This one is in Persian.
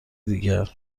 دیگر